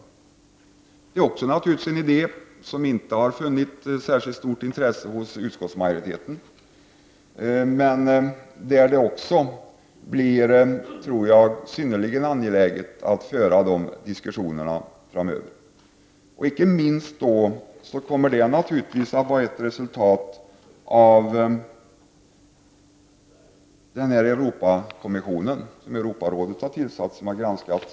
Detta är också en idé som inte har vunnit särskilt stort intresse hos utskottsmajoriteten. Jag tror dock att det blir synnerligen angeläget att föra denna diskussion framöver, icke minst mot bakgrund av den granskning av svenska kultursatsningar som har utförts av den kommission som Europarådet har tillsatt.